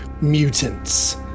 mutants